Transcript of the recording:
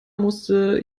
musste